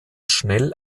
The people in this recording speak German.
schnell